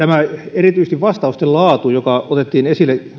erityisesti vastausten laatu joka otettiin esille